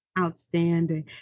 outstanding